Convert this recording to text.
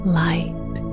light